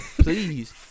Please